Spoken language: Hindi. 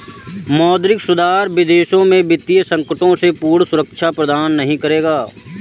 मौद्रिक सुधार विदेशों में वित्तीय संकटों से पूर्ण सुरक्षा प्रदान नहीं करेगा